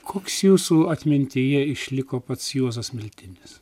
koks jūsų atmintyje išliko pats juozas miltinis